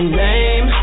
name